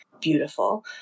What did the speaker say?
beautiful